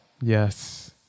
Yes